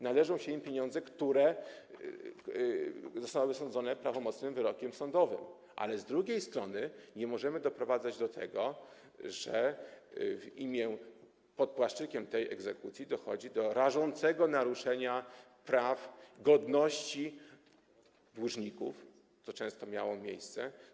Należą się im pieniądze, które zostały zasądzone prawomocnym wyrokiem sądowym, ale z drugiej strony nie możemy doprowadzać do tego, że pod płaszczykiem egzekucji dochodzi do rażącego naruszenia praw, godności dłużników, a to często miało miejsce.